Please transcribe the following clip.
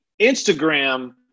Instagram